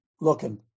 looking